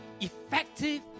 effective